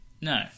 No